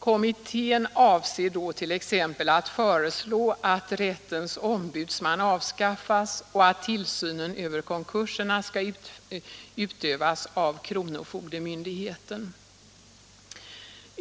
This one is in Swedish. Kommittén avser då t.ex. att föreslå att rättens ombudsman avskaffas och att tillsynen över konkurserna skall utövas av kronofogdemyndigheten.